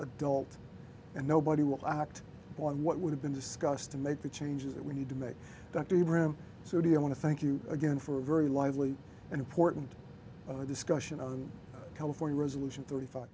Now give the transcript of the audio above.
adult and nobody will act on what would have been discussed to make the changes that we need to make dr room so do you want to thank you again for a very lively and important discussion of california resolution thirty five